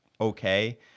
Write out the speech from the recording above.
okay